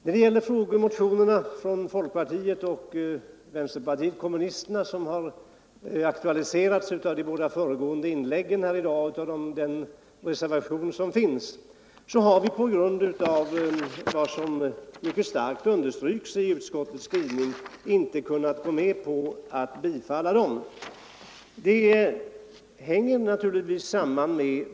När det gäller motionerna från folkpartiet och vänsterpartiet kommunisterna, som har berörts i de båda föregående inläggen i dag och i reservationen, så har vi av de skäl som anförs i utskottets skrivning och som vi finner tungt vägande inte kunnat gå med på att bifalla dem.